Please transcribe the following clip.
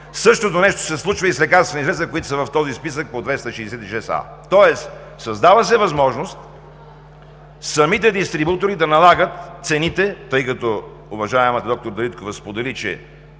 Същото нещо се случва и с лекарствени средства, които са в този списък по чл. 266а, тоест създава се възможност самите дистрибутори да налагат цените, тъй като уважаемата д-р Дариткова сподели, че